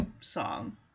song